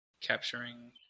capturing